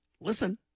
Listen